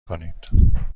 کنید